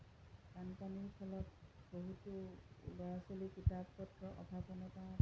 বানপানী ফলত বহুতো ল'ৰা ছোৱালী কিতাপ পত্ৰ